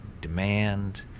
demand